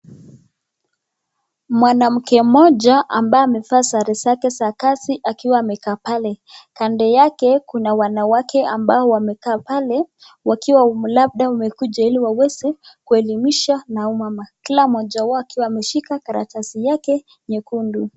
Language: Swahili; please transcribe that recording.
Mwanamke mmoja ambaye amevaa sare zake za kazi akiwa amekaa pale. Kando yake kuna wanawake ambao wamekaa pale wakiwa labda wamekuja ili waweze kuelimisha na huu mama. Kila mmoja wao akiwa ameshika karatasi yake nyekundu.